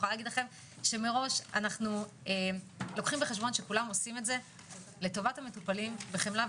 אנחנו לוקחים בחשבון שכולם עושים את זה לטובת המטופלים בחמלה,